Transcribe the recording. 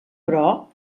però